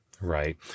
right